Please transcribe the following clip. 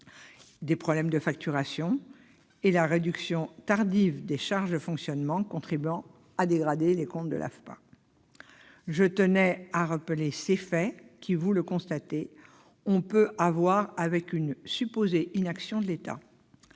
des problèmes de facturation, ainsi que la réduction tardive des charges de fonctionnement, contribuant à dégrader les comptes de l'AFPA. Je tenais à rappeler ces faits qui, vous le constatez, ont peu à voir avec une supposée inaction de l'État.